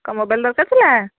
କ'ଣ ମୋବାଇଲ୍ ଦରକାର ଥିଲା